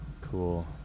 Cool